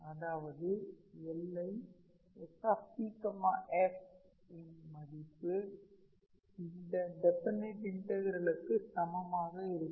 அதாவது எல்லை SPf இன் மதிப்பு இந்த டெஃபனைட் இன்டகரலுக்கு சமமாக இருக்கும்